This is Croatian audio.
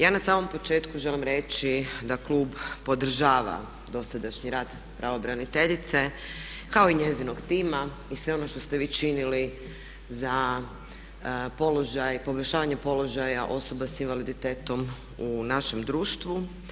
Ja na samom početku želim reći da Klub podržava dosadašnji rad pravobraniteljice kao i njezinog tima i sve ono što ste vi činili za poboljšavanje položaja osoba s invaliditetom u našem društvu.